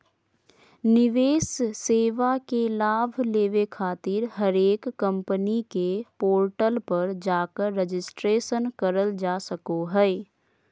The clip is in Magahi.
निवेश सेवा के लाभ लेबे खातिर हरेक कम्पनी के पोर्टल पर जाकर रजिस्ट्रेशन करल जा सको हय